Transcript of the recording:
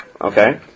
Okay